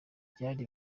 byari